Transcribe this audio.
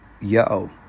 yo